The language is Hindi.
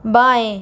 बाऍं